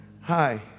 Hi